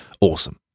awesome